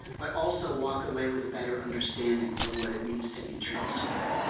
but also walk away with a better understanding of what it means to be transgender,